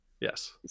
Yes